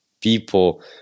people